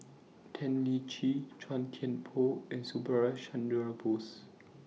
Tan Lian Chye Chua Thian Poh and Subhas Chandra Bose